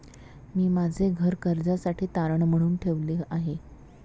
मी माझे घर कर्जासाठी तारण म्हणून ठेवले आहे